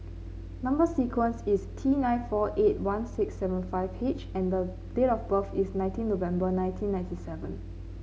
number sequence is T nine four eight one six seven five H and the date of birth is nineteen November nineteen ninety seven